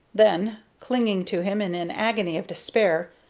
then, clinging to him in an agony of despair,